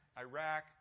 Iraq